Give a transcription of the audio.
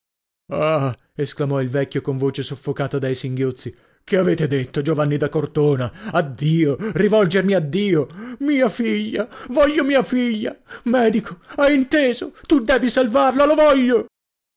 esclamò il vecchio con voce soffocata dai singhiozzi che avete detto giovanni da cortona a dio rivolgermi a dio mia figlia voglio mia figlia medico medico hai inteso tu devi salvarla lo voglio